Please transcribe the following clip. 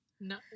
No